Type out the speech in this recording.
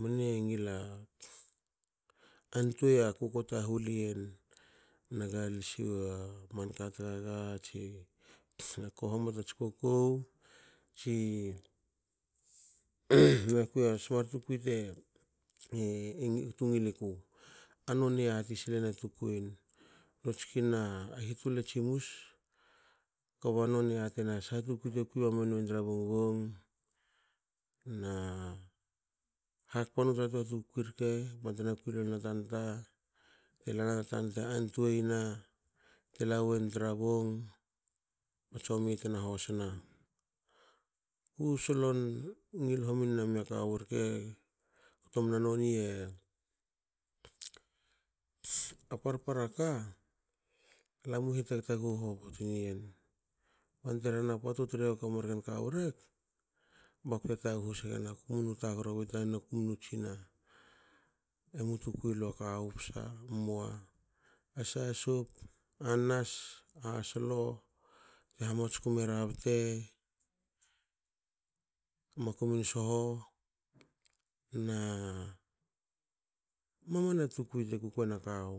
Mne ngiliaantuei a kuko tahul ien na galsi a manka tagaga tsi na kohoma tats kokou tsi na kui na sa tukui te tu ngil iku. a nonie yati sil a tukui yen. notsikina hitul a tsimus kaba none yatina saha tukui te kui mame nuen tra bongbong na hakpanu tra tukui rke ba nonte kui lol na tra tanta na tanta antuena tela wen tra bong ba tsomi tena hosna. Ku solon ngil homima kawu rke ktomna noni e a par- para ka. alamu hitaghu hoboti nien bante rehena tra pot tu triakua marken kawu rek baku te taghu se gen ka munu tagro wi tanen aku munu tsina a emu tukui lu a kawu psa emoa a sasop, a slo. te hamatsku mera bete na makumin soho na mamana tukui te kui kuin a kawu